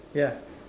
yeah